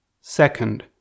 Second